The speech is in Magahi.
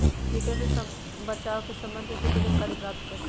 किटो से बचाव के सम्वन्ध में किसी जानकारी प्राप्त करें?